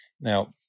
Now